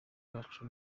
bwacu